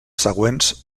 següents